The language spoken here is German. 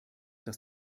dass